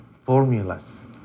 formulas